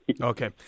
Okay